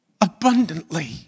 abundantly